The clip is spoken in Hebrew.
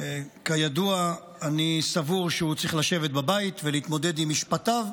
שכידוע אני סבור שהוא צריך לשבת בבית ולהתמודד עם משפטיו,